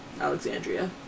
Alexandria